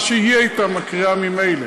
מה שהיא הייתה מקריאה ממילא.